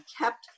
kept